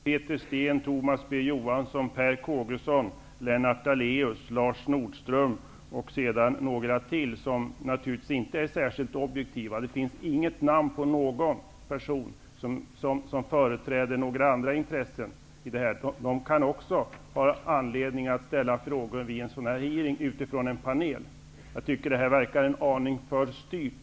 Herr talman! Panelen består av bl.a. Peter Steen, Lars Nordström och några till, som naturligtvis inte är särskilt objektiva. Det finns inte något namn på någon person som företräder några andra intressen. Men de kan också ha anledning att ställa frågor vid en sådan hearing utifrån en panel. Jag tycker att detta verkar vara en aning för styrt.